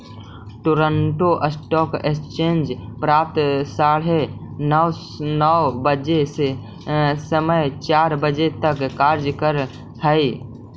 Toronto stock exchange प्रातः साढ़े नौ बजे से सायं चार बजे तक कार्य करऽ हइ